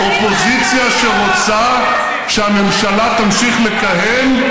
אופוזיציה שרוצה שהממשלה תמשיך לכהן,